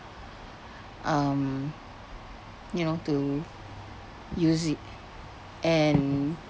um you know to use it and